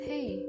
Hey